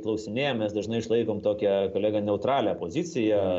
klausinėjam mes dažnai išlaikom tokią kolega neutralią poziciją